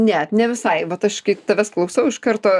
net ne visai vat aš kiek tavęs klausau iš karto